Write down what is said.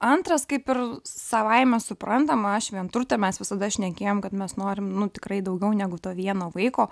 antras kaip ir savaime suprantama aš vienturtė mes visada šnekėjom kad mes norim nu tikrai daugiau negu to vieno vaiko